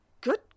Good